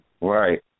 Right